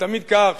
תמיד כך,